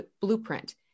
blueprint